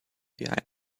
behind